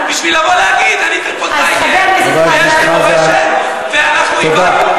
בשביל לבוא להגיד, חבר הכנסת חזן, תודה.